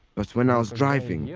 but when i was driving, yeah